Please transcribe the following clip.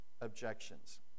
objections